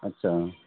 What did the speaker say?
आत्सा